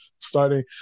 starting